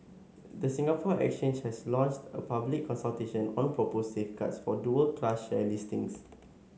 the Singapore Exchange has launched a public consultation on proposed safeguards for dual class share listings